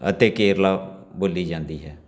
ਅਤੇ ਕੇਰਲਾ ਬੋਲੀ ਜਾਂਦੀ ਹੈ